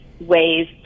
ways